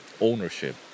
Ownership